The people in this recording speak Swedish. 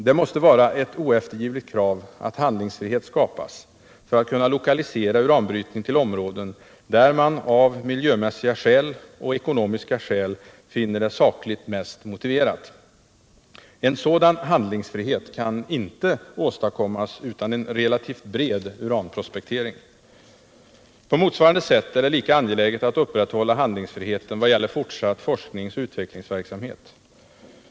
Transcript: Det måste vara ett oeftergivligt krav att handlingsfrihet skapas för att kunna lokalisera uranbrytning till områden där man av miljömässiga skäl och ekonomiska skäl finner det sakligt mest motiverat. En sådan handlingsfrihet kan inte åstadkommas utan en relativt bred uranprospektering. På motsvarande sätt är det lika angeläget att upprätthålla handlingsfriheten vad gäller fortsatt forskningsoch utvecklingsverksamhet.